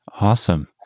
Awesome